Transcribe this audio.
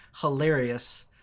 hilarious